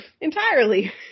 entirely